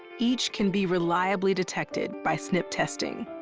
each can be reliably detected by snp testing.